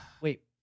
Wait